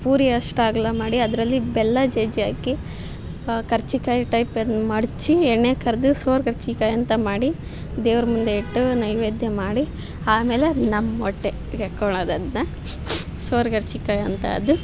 ಪೂರಿ ಅಷ್ಟು ಅಗಲ ಮಾಡಿ ಅದರಲ್ಲಿ ಬೆಲ್ಲ ಜಜ್ಜಿ ಹಾಕಿ ಕರ್ಜಿಕಾಯ್ ಟೈಪಲ್ಲಿ ಮಡಚಿ ಎಣ್ಣೆಲ್ಲಿ ಕರಿದು ಸೋರ್ ಕರ್ಜಿಕಾಯ್ ಅಂತ ಮಾಡಿ ದೇವ್ರ ಮುಂದೆ ಇಟ್ಟು ನೈವೇದ್ಯ ಮಾಡಿ ಆಮೇಲೆ ಅದು ನಮ್ಮ ಹೊಟ್ಟೆಗ್ ಹಾಕ್ಕೊಳೋದ್ ಅದನ್ನ ಸೋರ್ ಕರ್ಜಿಕಾಯ್ ಅಂತ ಅದು